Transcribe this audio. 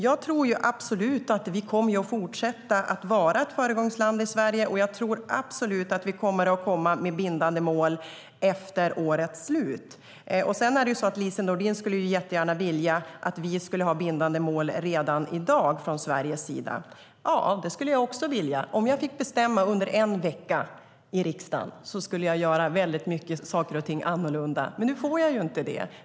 Jag tror absolut att Sverige kommer att fortsätta att vara ett föregångsland, och jag tror absolut att vi kommer att komma med bindande mål efter årets slut. Lise Nordin skulle jättegärna vilja att vi hade bindande mål redan i dag från Sveriges sida. Ja, det skulle jag också vilja. Om jag fick bestämma under en vecka i riksdagen skulle jag göra många saker och ting annorlunda. Men nu får jag inte det.